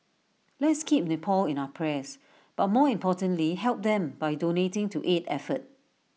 let's keep Nepal in our prayers but more importantly help them by donating to aid effort